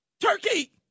Turkey